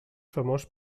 famós